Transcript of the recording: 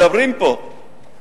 מדברים פה הרבה: